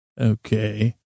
Okay